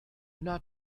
not